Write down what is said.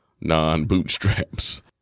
non-bootstraps